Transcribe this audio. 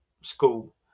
school